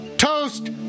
Toast